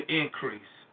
increase